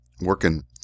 working